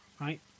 right